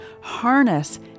harness